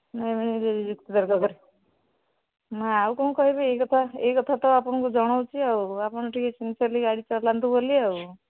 ନାଇ ଭାଇ ଯୁକ୍ତି ତର୍କ ନାଁ ଆଉ କ'ଣ କହିବି ଏଇ କଥା ତ ଆପଣଙ୍କୁ ଜଣାଉଛି ଆଉ ଆପଣ ଟିକେ ସିନ୍ସିୟର୍ଲି ଗାଡ଼ି ଚଲାନ୍ତୁ ବୋଲି ଆଉ